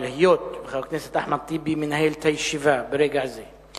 אבל היות שחבר הכנסת אחמד טיבי מנהל את הישיבה ברגע זה,